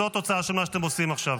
זו התוצאה של מה שאתם עושים עכשיו.